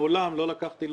מעולם לא לקחתי אגורה אחת,